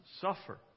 suffer